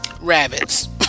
rabbits